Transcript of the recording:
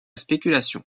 spéculation